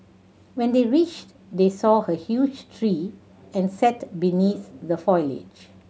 when they reached they saw a huge tree and sat beneath the foliage